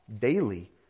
daily